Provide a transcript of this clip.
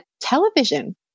television